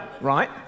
right